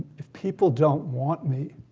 if people don't want me,